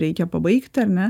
reikia pabaigt ar ne